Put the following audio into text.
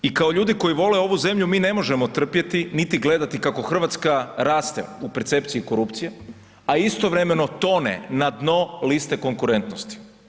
I kao ljudi koji vole ovu zemlju mi ne možemo trpjeti niti gledati kako Hrvatska raste u percepciji korupcije, a istovremeno tone na dno liste konkurentnosti.